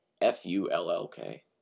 F-U-L-L-K